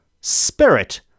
spirit